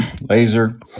laser